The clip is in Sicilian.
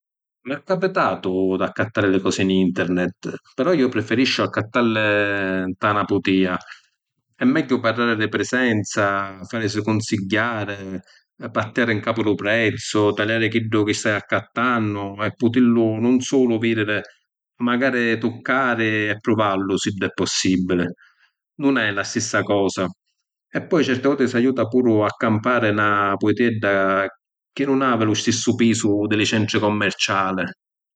M’ha capitatu di accattari li cosi ‘n internet, però iu preferisciu accattalli nta na putìa. E’ megghiu parrari di prisenza, farisi cunsigghiari, pattiàri ‘ncapu lu prezzu, taliàri chiddu chi stai accattannu e putillu nun sulu vidiri ma macari tuccari e pruvallu siddu è possibbili. Nun è la stissa cosa. E poi certi voti si ajuta puru a campari na putiedda chi nun havi lu stissu pisu di li centri commerciali.